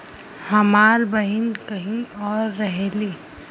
हमार बहिन कहीं और रहेली